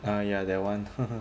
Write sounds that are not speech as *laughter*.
ah ya that one *laughs*